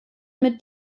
mit